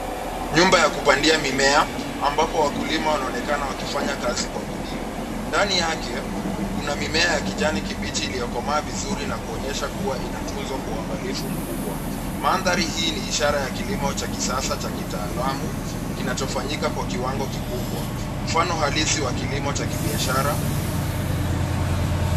Nyumba ya kupandia mimea ambapo wakulima wanafanya kazi kwa bidii. Ndani yake kuna mimea ya kijani kibichi iliyokomaa vizuri na kuonyesha kuwa inatuzwa kwa uangalifu mkubwa. Mandhari hii ni ishara ya kilimo cha kisasa cha kitaalam kinachaofanyika kwa kiwango kikubwa. Mfano halisi wa kilimo cha kibiashara.